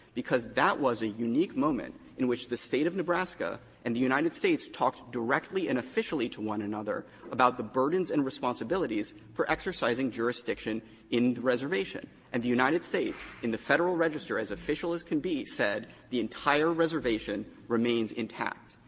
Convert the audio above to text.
because that was a unique moment in which the state of nebraska and the united states talked directly and officially to one another about the burdens and responsibilities for exercising jurisdiction in the reservation. and the united states in the federal register as official can be said the entire reservation remains intact.